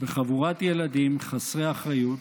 בחבורת ילדים חסרי אחריות,